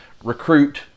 recruit